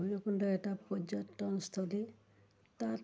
ভৈৰৱকুণ্ড এটা পৰ্যটনস্থলী তাত